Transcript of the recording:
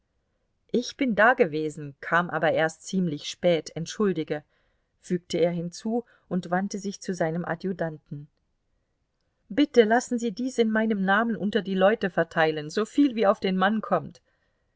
ich bin dagewesen kam aber erst ziemlich spät entschuldige fügte er hinzu und wandte sich zu seinem adjutanten bitte lassen sie dies in meinem namen unter die leute verteilen soviel wie auf den mann kommt